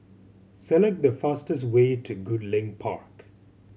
select the fastest way to Goodlink Park